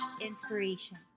inspiration